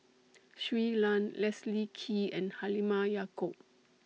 Shui Lan Leslie Kee and Halimah Yacob